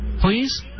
Please